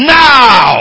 now